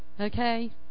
okay